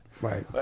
Right